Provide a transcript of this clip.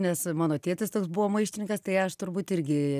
nes mano tėtis toks buvo maištininkas tai aš turbūt irgi